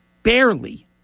Barely